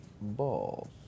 Ball